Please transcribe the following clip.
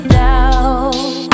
doubt